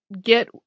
get